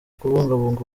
kubungabunga